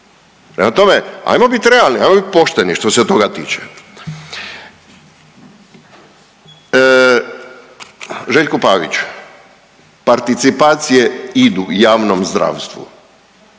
Prema tome, ajmo bit realni, ajmo bit pošteni, što se toga tiče. Željko Pavić, participacije idu javnom zdravstvu